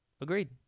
Agreed